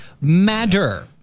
matter